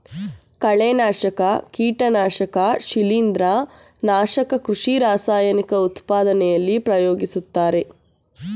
ಕಳೆನಾಶಕ, ಕೀಟನಾಶಕ ಶಿಲಿಂದ್ರ, ನಾಶಕ ಕೃಷಿ ರಾಸಾಯನಿಕ ಉತ್ಪಾದನೆಯಲ್ಲಿ ಪ್ರಯೋಗಿಸುತ್ತಾರೆ